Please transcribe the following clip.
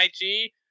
IG